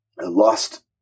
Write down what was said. lost